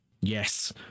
yes